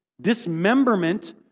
dismemberment